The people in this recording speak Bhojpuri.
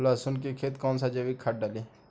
लहसुन के खेत कौन सा जैविक खाद डाली?